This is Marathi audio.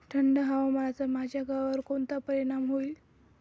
थंड हवामानाचा माझ्या गव्हावर कोणता परिणाम होईल?